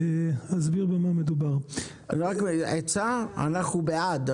אסביר במה מדובר --- עצה אנחנו בעד,